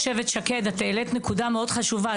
שקד, העלית נקודה חשובה מאוד.